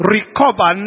Recover